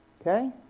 Okay